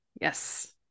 Yes